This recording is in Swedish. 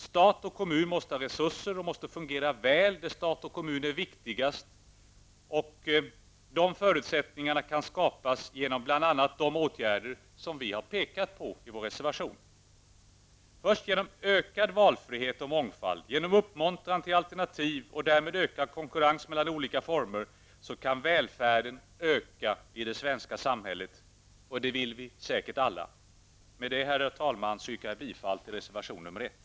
Stat och kommun måste ha resurser och fungera väl där stat och kommun är viktigast. De förutsättningarna kan skapas genom bl.a. de åtgärder som vi har pekat på i reservationen. Det är först genom ökad valfrihet och mångfald, genom uppmuntran till alternativ och därmed ökad konkurrens mellan olika former, som välfärden kan öka i det svenska samhället, och det vill vi säkert alla. Med detta, herr talman, yrkar jag bifall till reservation nr 1.